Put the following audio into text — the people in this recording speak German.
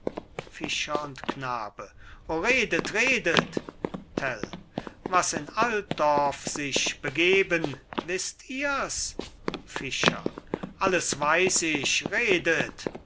fischer und knabe o redet redet tell was in altdorf sich begeben wisst ihr's fischer alles weiss ich redet